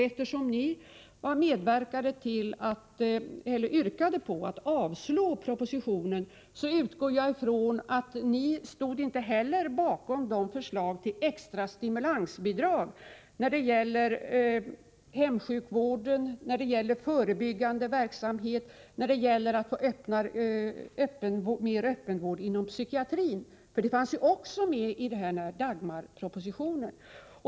Eftersom ni yrkade avslag på propositionen utgår jag ifrån att ni inte heller ställde upp på förslagen i Dagmarpropositionen om extra stimulansbidrag när det gäller hemsjukvården, när det gäller förebyggande verksamhet och när det gäller ökad öppenvård inom psykiatrin.